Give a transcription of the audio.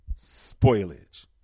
Spoilage